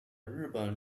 日本